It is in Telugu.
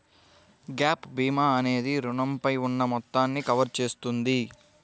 గ్యాప్ భీమా అనేది రుణంపై ఉన్న మొత్తాన్ని కవర్ చేస్తుంది